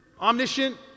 omniscient